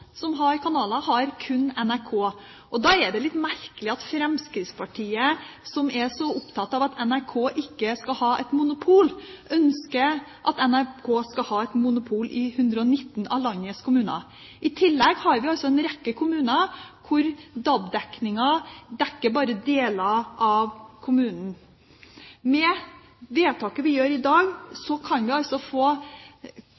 som bare har tre til fire kanaler, og de fleste der har kun NRK. Da er det litt merkelig at Fremskrittspartiet, som er så opptatt av at NRK ikke skal ha et monopol, ønsker at NRK skal ha et monopol i 119 av landets kommuner. I tillegg har vi en rekke kommuner hvor DAB-nettet bare dekker deler av kommunen. Med det vedtaket vi gjør i dag,